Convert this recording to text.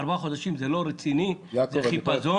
ארבעה חודשים זה לא רציני, זה חיפזון.